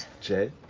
Jay